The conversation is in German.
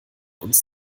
uns